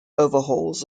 overhauls